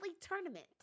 tournament